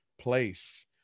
place